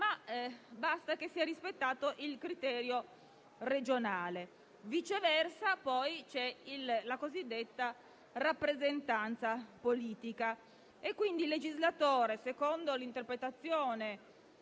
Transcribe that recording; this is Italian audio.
basta sia rispettato il criterio regionale. Viceversa, in base alla cosiddetta rappresentanza politica, il legislatore, secondo l'interpretazione